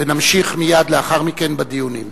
ומייד לאחר מכן נמשיך בדיונים.